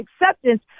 acceptance